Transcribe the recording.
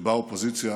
שבה האופוזיציה